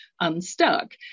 Unstuck